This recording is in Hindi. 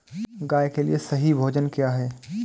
गाय के लिए सही भोजन क्या है?